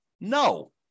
No